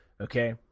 okay